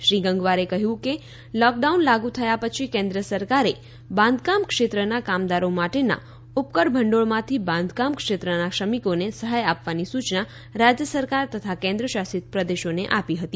શ્રી ગંગવારે કહ્યું કે લોકડાઉન લાગુ થયા પછી કેન્દ્ર સરકારે બાંધકામ ક્ષેત્રના કામદારો માટેના ઉપકર ભંડોળમાંથી બાંધકામ ક્ષેત્રના શ્રમિકોને સહાય આપવાની સૂચના રાજ્ય સરકાર તથા કેન્દ્રશાસિત પ્રદેશોને આપી હતી